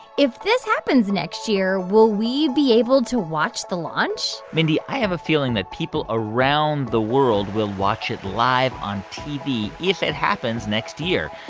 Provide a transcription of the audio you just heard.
if this happens next year, will we be able to watch the launch? mindy, i have a feeling that people around the world will watch it live on tv if it happens next year.